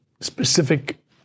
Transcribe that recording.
specific